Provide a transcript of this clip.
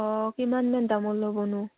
অঁ কিমানমান দামৰ ল'বনো